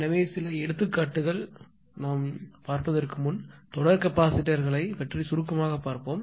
எனவே சில எடுத்துக்காட்டுகள் எடுப்பதற்கு முன் தொடர் கெப்பாசிட்டர் களை பற்றி சுருக்கமாக பார்ப்போம்